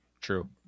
True